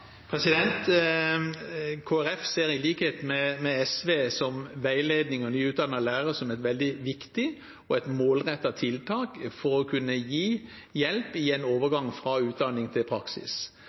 ser, i likhet med SV, på veiledning av nyutdannede lærere som et veldig viktig og målrettet tiltak for å kunne gi hjelp i en overgang fra utdanning til praksis.